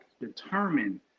determine